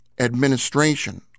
administration